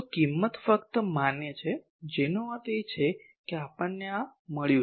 તો કિંમત ફક્ત માન્ય છે જેનો અર્થ છે કે આપણને આ મળ્યું છે